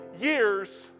years